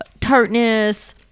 tartness